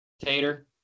Tater